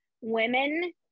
women